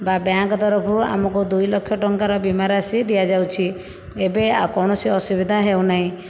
ବା ବ୍ୟାଙ୍କ ତରଫରୁ ଆମକୁ ଦୁଇ ଲକ୍ଷ ଟଙ୍କାର ବୀମା ରାଶି ଦିଆଯାଉଛି ଏବେ ଆଉ କୌଣସି ଅସୁବିଧା ହେଉନାହିଁ